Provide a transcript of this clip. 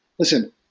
Listen